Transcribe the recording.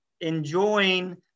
enjoying